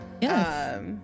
yes